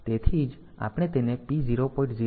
તેથી જ આપણે તેને P0